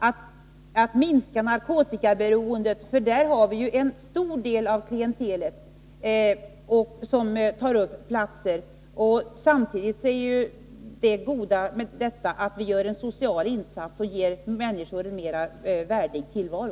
En stor del av klientelet där är ju narkomaner. Samtidigt för detta med sig det goda att vi gör en social insats för att ge människor en värdigare tillvaro.